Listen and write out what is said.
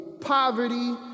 poverty